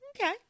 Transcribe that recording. okay